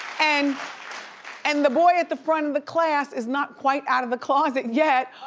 and and the boy at the front of the class is not quite out of the closet yet,